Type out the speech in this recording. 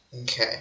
Okay